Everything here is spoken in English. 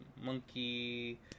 monkey